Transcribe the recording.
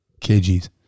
Kgs